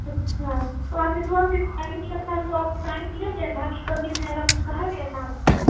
اچھا تو آپ نے دو ہفتے پہلے دیا تھا تو آپ کو ٹائم دیا گیا تھا کہ کب مل جائے گا کچھ کہا گیا تھا آپ سے